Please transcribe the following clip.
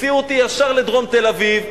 הסיעו אותי ישר לדרום תל-אביב.